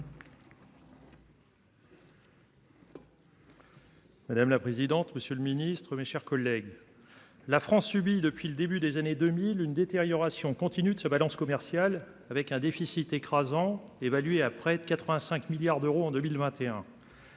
Madame la présidente, monsieur le ministre, mes chers collègues. La France subit depuis le début des années 2000 une détérioration continue de sa balance commerciale avec un déficit écrasant évalué à près de 85 milliards d'euros en 2021.